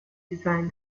designed